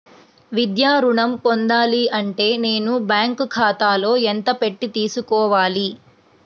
విద్యా ఋణం పొందాలి అంటే నేను బ్యాంకు ఖాతాలో ఎంత పెట్టి తీసుకోవాలి?